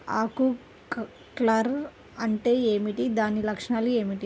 ఆకు కర్ల్ అంటే ఏమిటి? దాని లక్షణాలు ఏమిటి?